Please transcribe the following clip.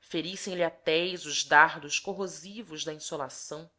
ceres ferissem lhe a tez os dardos corrosivos da insolação